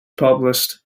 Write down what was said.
published